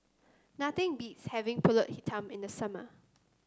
nothing beats having pulut Hitam in the summer